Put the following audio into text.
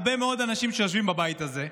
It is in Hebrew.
הרבה מאוד אנשים שיושבים בבית הזה.